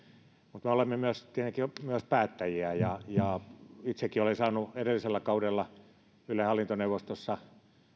mutta me olemme tietenkin myös päättäjiä ja ja itsekin olen saanut edellisellä kaudella ylen hallintoneuvostossa